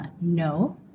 No